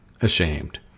ashamed